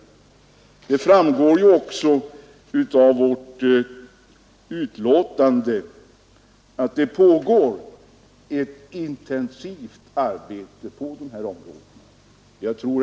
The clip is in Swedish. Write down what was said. Det framgår ju också av utskottets betänkande att det pågår ett intensivt arbete på detta område. t Herr talman!